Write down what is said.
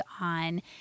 on